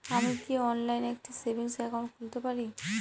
আমি কি অনলাইন একটি সেভিংস একাউন্ট খুলতে পারি?